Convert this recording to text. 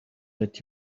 let